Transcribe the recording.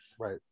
Right